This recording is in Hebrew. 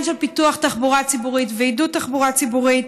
פיתוח תחבורה ציבורית ועידוד תחבורה ציבורית.